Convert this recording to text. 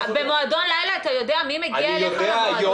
במועדון לילה אתה יודע מי מגיע אליך למועדון?